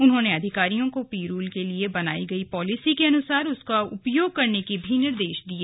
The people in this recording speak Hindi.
उन्होंने अधिकारियों को पिरूल के लिए बनाई गई पॉलिसी के अनुसार उसका उपयोग करने के निर्देश भी दिये